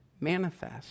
manifest